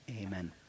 amen